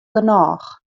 genôch